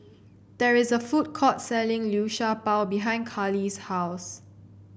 there is a food court selling Liu Sha Bao behind Karli's house